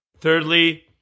thirdly